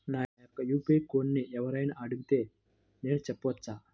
నా యొక్క యూ.పీ.ఐ కోడ్ని ఎవరు అయినా అడిగితే నేను చెప్పవచ్చా?